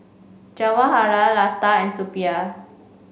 Jawaharlal Lata and Suppiah